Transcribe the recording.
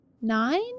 Nine